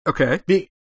Okay